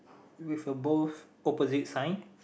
with a both opposite sign